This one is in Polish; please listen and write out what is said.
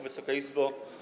Wysoka Izbo!